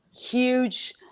huge